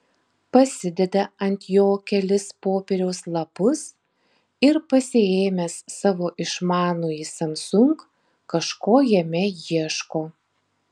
pasideda ant jo kelis popieriaus lapus ir pasiėmęs savo išmanųjį samsung kažko jame ieško